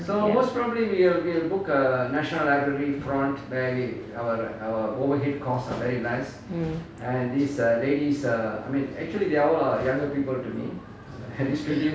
mm